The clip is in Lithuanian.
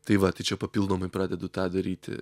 tai va tai čia papildomai pradedu tą daryti